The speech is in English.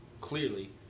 clearly